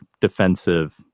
defensive